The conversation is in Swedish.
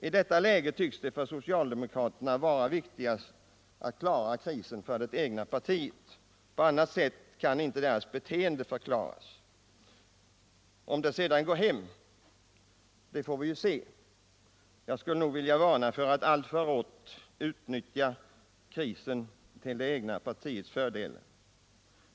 I detta läge tycks det för socialdemokraterna vara viktigast att klara krisen för det egna partiet — på annat sätt kan inte deras beteende förklaras. Om det sedan går hem får vi se. Jag skulle vilja varna för att alltför rått utnyttja krisen till det egna partiets fördel.